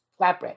Flatbread